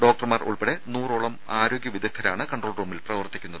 ഡോക്ടർമാർ ഉൾപ്പെടെ നൂറോളം ആരോഗ്യ വിദഗ്ധരാണ് കൺട്രോൾ റൂമിൽ പ്രവർത്തിക്കുന്നത്